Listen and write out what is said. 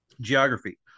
Geography